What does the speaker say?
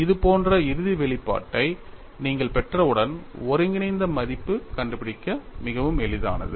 இது போன்ற இறுதி வெளிப்பாட்டை நீங்கள் பெற்றவுடன் ஒருங்கிணைந்த மதிப்பு கண்டுபிடிக்க மிகவும் எளிதானது